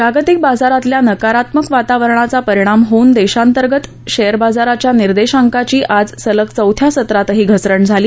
जागतिक बाजारातल्या नकारत्मक वातावरणाचा परिणाम होऊन देशांतर्गत शेअर बाजाराच्या निर्देशांकाची आज सलग चौथ्या सत्रातही घसरण झाली